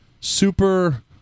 super